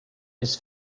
ist